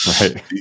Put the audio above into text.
Right